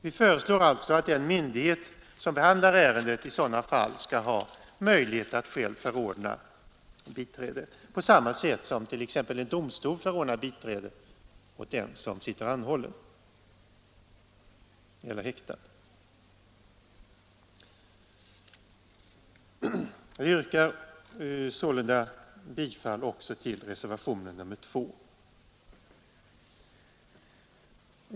Vi föreslår därför att den myndighet som behandlar ärendet i sådana fall skall ha möjlighet att själv förordna biträde på samma sätt som t.ex. en domstol förordnar biträde åt den som sitter anhållen eller häktad. Herr talman! Jag yrkar sålunda bifall även till reservationen 2.